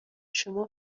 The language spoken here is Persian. شما